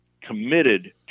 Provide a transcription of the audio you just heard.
committed